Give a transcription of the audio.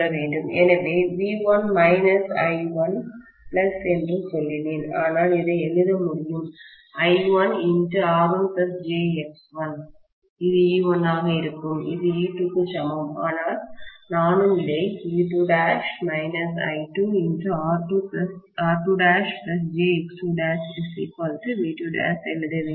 எனவே V1 minus I1 plus என்று சொல்லினேன் ஆனால் இதை எழுத முடியும் I1R1 j X1 இது E1 ஆக இருக்கும் இது E2 க்கும் சமம் ஆனால் நானும் இதை E2' I2' R2'jX2'V2' எழுத வேண்டும்